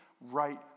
right